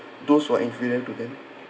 those who are inferior to them